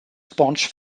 sponge